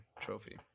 trophy